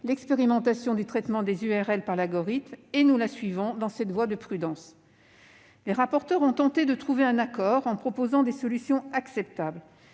l'expérimentation du traitement des URL par l'algorithme, et nous la suivons dans cette voie de prudence. Les rapporteurs ont tenté de trouver un accord, en proposant des solutions acceptables.